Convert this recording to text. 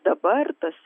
dabar tas